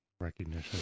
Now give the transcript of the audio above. recognition